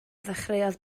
ddechreuodd